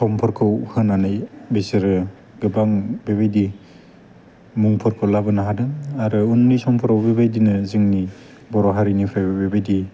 समफोरखौ होनानै बिसोरो गोबां बेबायदि मुंफोरखौ लाबोनो हादों आरो उननि समफ्राव बेबायदिनो जोंनि बर' हारिनिफ्रायबो बेबायदि